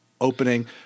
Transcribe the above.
opening